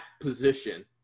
position